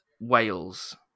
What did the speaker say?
Wales